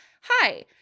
hi